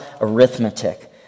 arithmetic